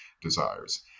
desires